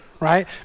right